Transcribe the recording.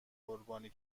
قربانی